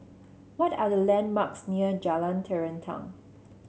what are the landmarks near Jalan Terentang